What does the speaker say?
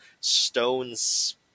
stones